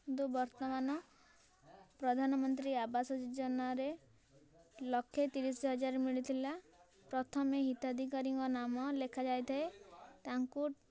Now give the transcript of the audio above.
ଏବେ ବର୍ତ୍ତମାନ ପ୍ରଧାନମନ୍ତ୍ରୀ ଆବାସ ଯୋଜନା ରେ ଲକ୍ଷେ ତିରିଶ ହଜାର ମିଳିଥିଲା ପ୍ରଥମେ ହିତାଧିକାରୀ ଙ୍କ ନାମ ଲେଖା ଯାଇଥାଏ ତାଙ୍କୁ